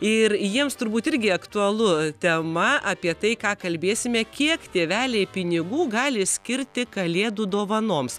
ir jiems turbūt irgi aktualu tema apie tai ką kalbėsime kiek tėveliai pinigų gali skirti kalėdų dovanoms